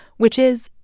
which is,